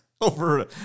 over